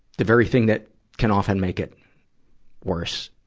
the very thing that can often make it worse.